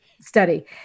study